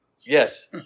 Yes